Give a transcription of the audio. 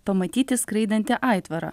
pamatyti skraidantį aitvarą